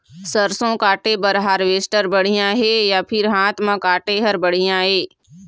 सरसों काटे बर हारवेस्टर बढ़िया हे या फिर हाथ म काटे हर बढ़िया ये?